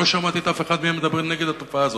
לא שמעתי את אף אחד מהם מדבר נגד התופעה הזאת.